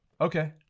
Okay